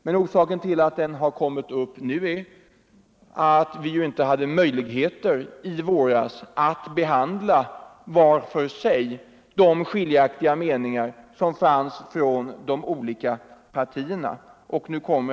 Men orsaken till att den har kommit upp nu är att vi i våras inte hade möjligheter att behandla var för sig de skiljaktiga meningarna hos de olika partierna.